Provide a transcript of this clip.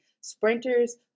Sprinters